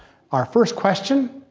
our first question,